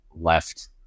left